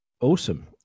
Awesome